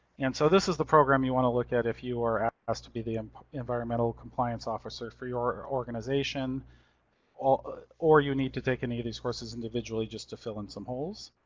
and so this is the program you want to look at if you are asked to be the um environmental compliance officer for your organization or or you need to take any of these courses individually just to fill in some holes.